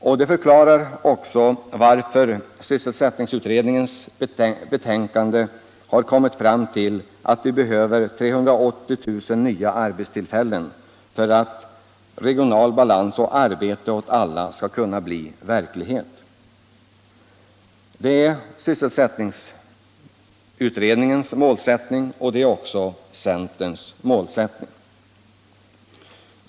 Detta förklarar också varför sysselsättningsutredningen i sitt betänkande har kommit fram till slutsatsen att vi behöver 380 000 nya arbetstillfällen för att målsättningen regional balans och arbete åt alla skall kunna bli verklighet. Detta är sysselsättningsutredningens målsättning. Det är också centerns målsättning.